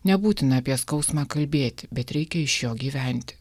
nebūtina apie skausmą kalbėti bet reikia iš jo gyventi